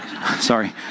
sorry